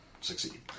succeed